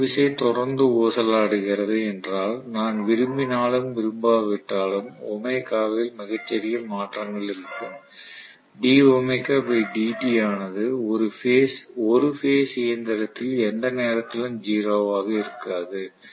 திருப்பு விசை தொடர்ந்து ஊசலாடுகிறது என்றால் நான் விரும்பினாலும் விரும்பாவிட்டாலும் ஒமேகாவில் மிகச் சிறிய மாற்றங்கள் இருக்கும் ஆனது ஒரு பேஸ் இயந்திரத்தில் எந்த நேரத்திலும் 0 ஆக இருக்காது